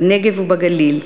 בנגב ובגליל.